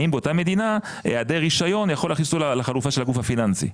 האם באותה מדינה היעדר רישיון יכול להכניס אותו לחלופה של הגוף הפיננסי.